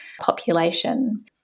population